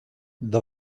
the